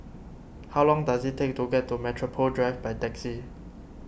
how long does it take to get to Metropole Drive by taxi